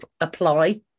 apply